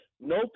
no